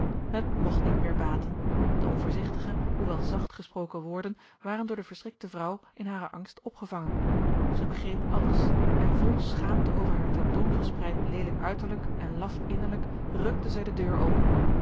het mogt niet meer baten de onvoorzigtige hoewel zacht gesproken woorden waren door de verschrikte vrouw in haren angst opgevangen zij begreep alles en vol schaamte over haar ten toon gespreid leelijk uiterlijk en laf innerlijk rukte zij de deur open